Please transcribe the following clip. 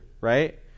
right